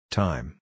Time